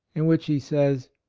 in which he says,